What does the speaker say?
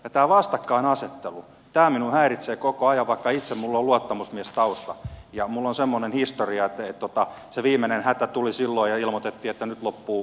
tämä vastakkainasettelu minua häiritsee koko ajan vaikka itselläni minulla on luottamusmiestausta ja minulla on semmoinen historia että se viimeinen hätä tuli silloin ja ilmoitettiin että nyt loppuu kaikilta työt